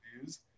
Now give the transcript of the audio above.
views